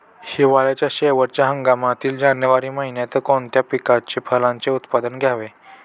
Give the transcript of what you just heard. हिवाळ्याच्या शेवटच्या हंगामातील जानेवारी महिन्यात कोणत्या पिकाचे, फळांचे उत्पादन घ्यावे?